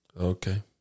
Okay